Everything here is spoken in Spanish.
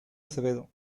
acevedo